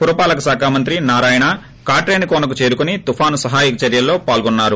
పురపాల శాఖ మంత్రి నారాయణ కాట్రేనికోనకు చేరుకుని తుఫాను సహాయక చర్శలలో పాల్గొన్నారు